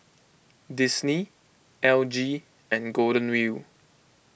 Disney L G and Golden Wheel